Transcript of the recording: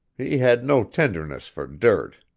he had no tenderness for dirt.